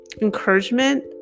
Encouragement